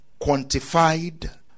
Quantified